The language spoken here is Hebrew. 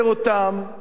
להציע.